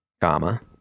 comma